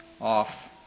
off